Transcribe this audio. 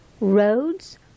roads